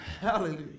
Hallelujah